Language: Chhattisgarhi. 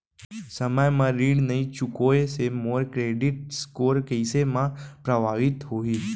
समय म ऋण नई चुकोय से मोर क्रेडिट स्कोर कइसे म प्रभावित होही?